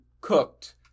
cooked